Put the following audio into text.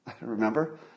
Remember